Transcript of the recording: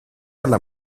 alla